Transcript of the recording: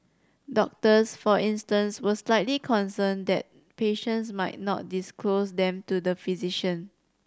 doctors for instance were slightly concerned that patients might not disclose them to the physician